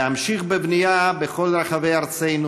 להמשיך בבנייה בכל רחבי ארצנו,